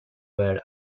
were